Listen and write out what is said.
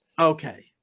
Okay